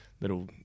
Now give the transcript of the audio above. little